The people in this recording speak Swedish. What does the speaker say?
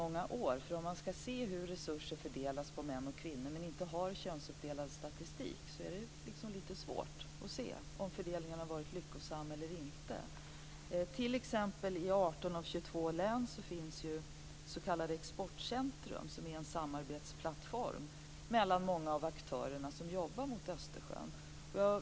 Men om man ska studera hur resurser fördelas på män och kvinnor och inte har tillgång till könsuppdelad statistik är det lite svårt att se om fördelningen har varit lyckosam eller inte. I 18 av 22 län finns exempelvis s.k. exportcentrum som är en samarbetsplattform för många av de aktörer som jobbar mot Östersjön.